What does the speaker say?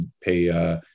pay